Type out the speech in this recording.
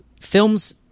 films